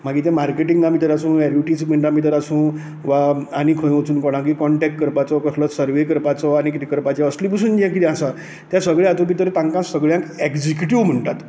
मागीर तें मार्केटींगा भितर आसूं एडवर्टीजमेंटा भितर आसूं वा आनी खंयूय वचून कोणाक कोंन्टेक्ट करपाचो कोणाक सर्वे करपाचो आनीक कितें करपाचें असलें बसून जें कितें आता तें सगलें हातून भितर तांकां सगळ्यांक एक्जीकिट्यू म्हणटात